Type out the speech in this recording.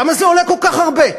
למה זה עולה כל כך הרבה?